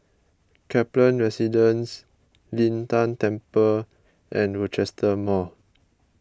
Kaplan Residence Lin Tan Temple and Rochester Mall